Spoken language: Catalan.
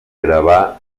gravar